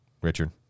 Richard